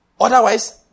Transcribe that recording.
Otherwise